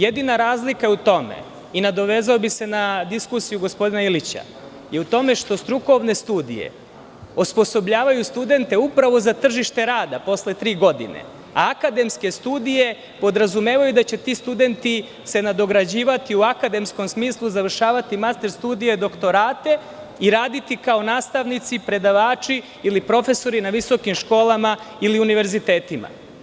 Jedina razlika u tome, i nadovezao bih se na diskusiju gospodina Ilića, je u tome što strukovne studije osposobljavaju studente upravo za tržište rada, posle tri godine, a akademske studije podrazumevaju da će se ti studenti nadograđivati u akademskom smislu, završavati master studije, doktorate i raditi kao nastavnici, predavači ili profesori na visokim školama ili univerzitetima.